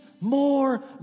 more